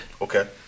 Okay